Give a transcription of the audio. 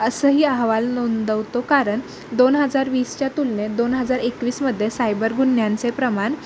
असं ही अहवाल नोंदवतो कारण दोन हजार वीसच्या तुलनेत दोन हजार एकवीसमध्ये सायबर गुन्ह्यांचे प्रमाण